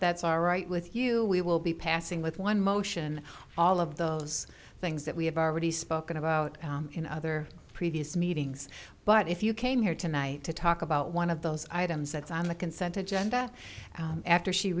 that's all right with you we will be passing with one motion all of those things that we have already spoken about in other previous meetings but if you came here tonight to talk about one of those items that's on the consent agenda after she